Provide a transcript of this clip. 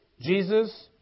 Jesus